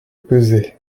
pesé